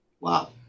Wow